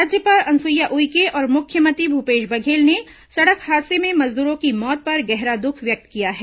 राज्यपाल अनुसुईया उइके और मुख्यमंत्री भूपेश बघेल ने सड़क हादसे में मजदूरों की मौत पर गहरा दुख व्यक्त किया है